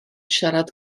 siarad